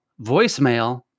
voicemail